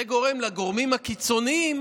זה גורם לגורמים הקיצוניים